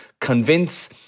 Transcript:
convince